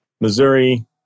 Missouri